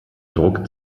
druck